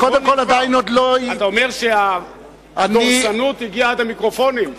אתה אומר שהדורסנות הגיעה עד המיקרופונים?